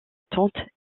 tante